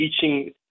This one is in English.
teaching